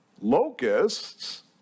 locusts